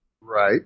Right